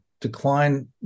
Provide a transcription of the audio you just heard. Decline